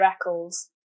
Eccles